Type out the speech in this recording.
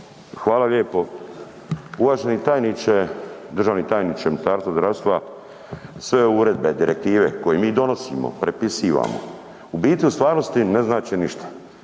Hvala lijepo. Uvaženi tajniče, državni tajniče Ministarstva zdravstva, sve uredbe, direktive koje mi donosimo, prepisivamo u biti u stvarnosti ne znače ništa.